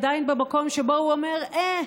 עדיין במקום שבו הוא אומר: אה,